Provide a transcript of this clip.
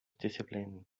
discipline